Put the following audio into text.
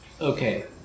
Okay